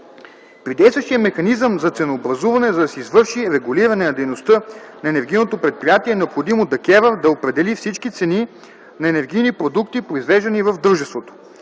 При действащия механизъм за ценообразуване, за да се извърши регулиране на дейността на енергийното предприятие, е необходимо ДКЕВР да определи всички цени на енергийни продукти, произвеждани в дружеството.